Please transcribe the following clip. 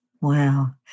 wow